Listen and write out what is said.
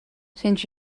sinds